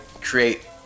create